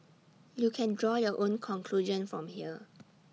you can draw your own conclusion from here